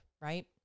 right